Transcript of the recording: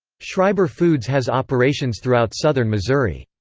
schreiber foods has operations throughout southern missouri.